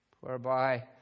whereby